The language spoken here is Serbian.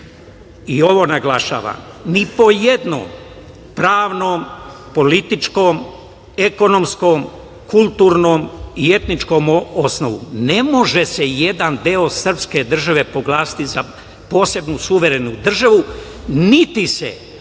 I ovo naglašavam, ni po jednom pravnom, političkom, ekonomskom, kulturnom i etničkom osnovu ne može se jedan deo srpske države proglasiti za posebnu suverenu državu, niti se